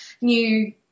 new